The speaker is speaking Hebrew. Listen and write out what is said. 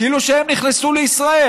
כאילו שהם נכסו לישראל.